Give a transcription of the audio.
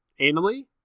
Anally